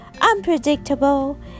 unpredictable